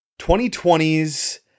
2020's